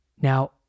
Now